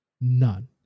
None